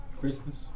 christmas